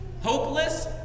Hopeless